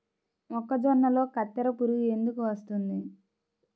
మొక్కజొన్నలో కత్తెర పురుగు ఎందుకు వస్తుంది?